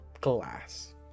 glass